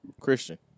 Christian